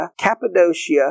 Cappadocia